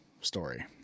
story